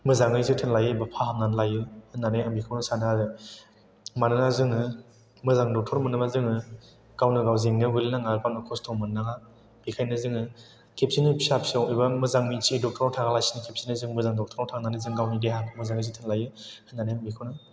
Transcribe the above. मोजाङै जोथोन लायो एबा फाहामनानै लायो होननानै आं बे बेखौनो सानो आरो मानोना जों मोजां डक्टर मोनोबा जों गावनो गाव जेंनायाव गोलैनाङा गावनो खस्थ' मोननाङा बेनिखायनो जों खेबसेनो फिसा फिसौ एबा मोजां मिथियै डक्टरनाव थाङालासिनो खेबसैनो मोजां डक्टरनाव थांनानै जों गावनि देहाखौ मोजां जोथोन लायो होननानै आं बेखौनो